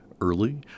early